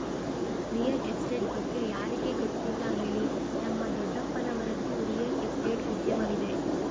real estate ಬಗ್ಗೆ ಯಾರಿಗೆ ಗೊತ್ತಿಲ್ಲ ಹೇಳಿ, ನಮ್ಮ ದೊಡ್ಡಪ್ಪನವರದ್ದು ರಿಯಲ್ ಎಸ್ಟೇಟ್ ಉದ್ಯಮವಿದೆ